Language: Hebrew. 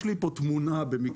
יש לי פה תמונה מניו-יורק,